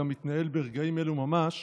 שמתנהל ברגעים אלו ממש,